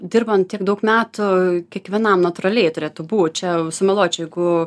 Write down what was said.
dirbant tiek daug metų kiekvienam natūraliai turėtų būt čia sumeluočiau jeigu